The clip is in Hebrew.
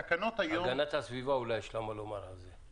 להגנת הסביבה אולי יש מה לומר על זה.